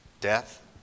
death